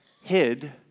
hid